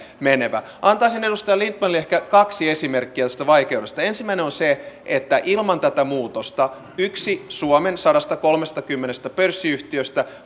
menevä antaisin edustaja lindtmanille ehkä kaksi esimerkkiä tästä vaikeudesta ensimmäinen on se että ilman tätä muutosta yksi suomen sadastakolmestakymmenestä pörssiyhtiöstä